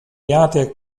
jātiek